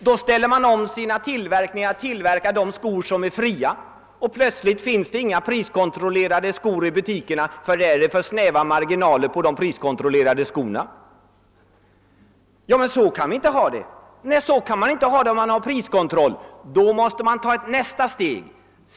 Då ställer man om tillverkningen till att gälla de skor som är fria, och plötsligt finns det inga priskontrollerade skor i butikerna, ty marginalerna på dessa skor är för snäva! Så kan man inte ha det, om det skall finnas en Ppriskontroll. Därför måste man ta nästa steg.